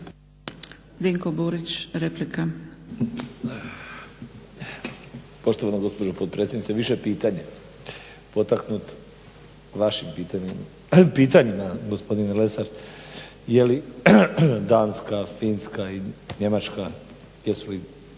Dinko Burić replika.